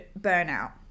burnout